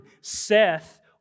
Seth